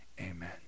amen